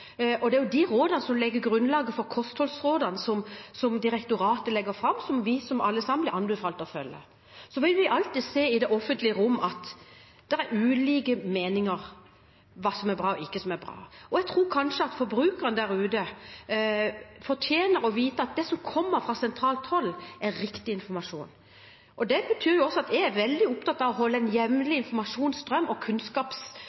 Det er jo de rådene som legger grunnlaget for kostholdsrådene som direktoratet legger fram, og som vi alle blir anbefalt å følge. Vi vil alltid se i det offentlige rom at det er ulike meninger om hva som er bra, og hva som ikke er bra. Jeg tror kanskje forbrukeren der ute fortjener å vite at det som kommer fra sentralt hold, er riktig informasjon. Det betyr også at jeg er veldig opptatt av å ha en jevnlig